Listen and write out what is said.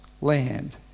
land